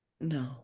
No